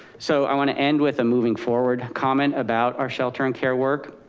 so i want to end with a moving forward comment about our shelter and care work.